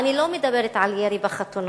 ואני לא מדברת על ירי בחתונות,